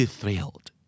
thrilled